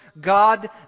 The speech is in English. God